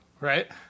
right